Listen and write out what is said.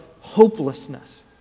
hopelessness